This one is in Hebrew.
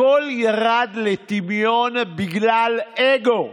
הכול ירד לטמיון בגלל אגו.